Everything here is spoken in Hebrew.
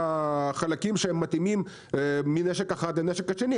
החלקים שהם מתאימים מנשק אחד לנשק השני.